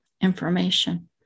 information